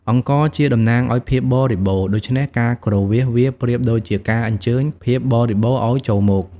អង្ករជាតំណាងឲ្យភាពបរិបូរណ៍ ដូច្នេះការគ្រវាសវាប្រៀបដូចជាការអញ្ជើញភាពបរិបូរណ៍ឱ្យចូលមក។